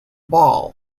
ball